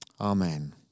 Amen